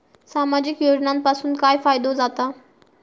सामाजिक योजनांपासून काय फायदो जाता?